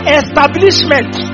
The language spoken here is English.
establishment